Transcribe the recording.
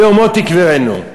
ביומו תקברנו,